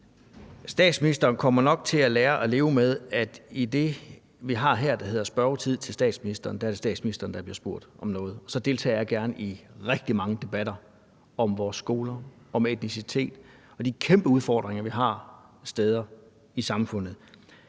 Statsministeren kommer nok til at lære at leve med, at det er statsministeren, der i det, vi har her, som hedder spørgetime med statsministeren, bliver spurgt om noget. Og så deltager jeg gerne i rigtig mange debatter om vores skoler, om etnicitet, om de kæmpe udfordringer, vi har steder i samfundet.